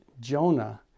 Jonah